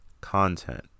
content